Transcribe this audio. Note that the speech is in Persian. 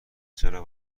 چرا